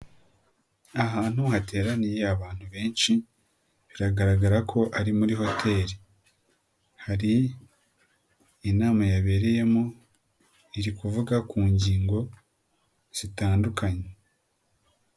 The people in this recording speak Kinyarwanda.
Ahantu hateraniye abantu benshi, biragaragara ko ari muri hoteli. Hari inama yabereyemo, iri kuvuga ku ngingo zitandukanye.